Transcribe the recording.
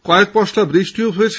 কয়েক পশলা বৃষ্টিও হয়েছে